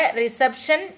reception